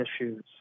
issues